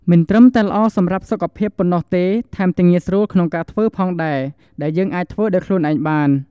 មិនត្រឹមតែល្អសម្រាប់សុខភាពប៉ុណ្ណោះទេ ថែមទាំងងាយស្រួលក្នុងការធ្វើផងដែរ ដែលយើងអាចធ្វើដោយខ្លួនឯងបាន។